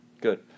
Good